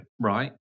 right